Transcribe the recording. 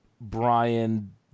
Brian